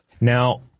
Now